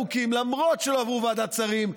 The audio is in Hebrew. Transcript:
למרות שהם לא עברו ועדת שרים.